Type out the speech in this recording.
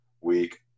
week